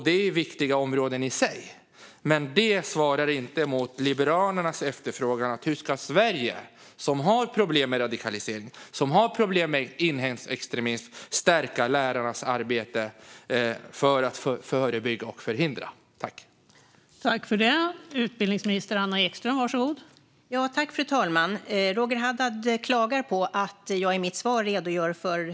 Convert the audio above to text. Det är viktiga områden i sig, men detta är inget svar på det som Liberalernas efterfrågar när det gäller hur Sverige, som har problem med radikalisering och inhemsk extremism, ska stärka lärarnas arbete för att förebygga och förhindra detta.